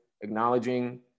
acknowledging